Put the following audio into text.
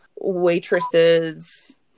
Waitresses